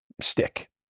stick